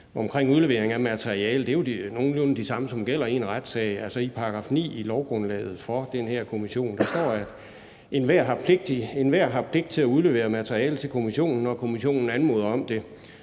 omkring udleveringen af materiale, jo er nogenlunde de samme, som gælder i en retssag. Altså, i § 9 i lovgrundlaget for den her kommission står, at enhver har pligt til at udlevere materiale til kommissionen, når kommissionen anmoder om det.